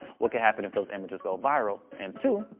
what could happen if those images go viral, and two,